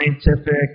scientific